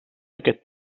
aquest